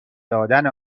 دادن